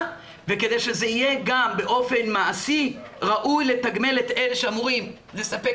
וכדי שזה יהיה גם באופן מעשי ראוי לתגמל את אלה שאמורים לספק